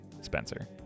Spencer